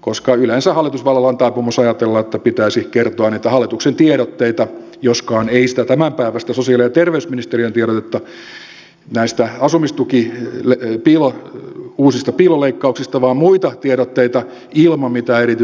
koska yleensä hallitusvallalla on taipumus ajatella että pitäisi kertoa niitä hallituksen tiedotteita joskaan ei sitä tämänpäiväistä sosiaali ja terveysministeriön tiedotetta asumistuen uusista piiloleikkauksista vaan muita tiedotteita ilman mitään erityisiä kommentteja